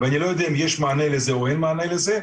ואני לא יודע אם יש מענה לזה או אין מענה לזה,